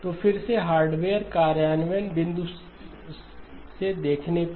तो फिर से हार्डवेयर कार्यान्वयन बिंदु से देखने पर